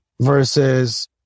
versus